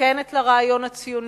מסוכנת לרעיון הציוני,